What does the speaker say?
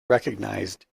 recognized